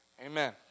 amen